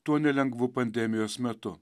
tuo nelengvu pandemijos metu